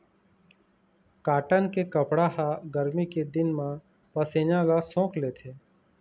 cotton के कपड़ा ह गरमी के दिन म पसीना ल सोख लेथे